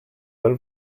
dal